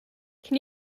can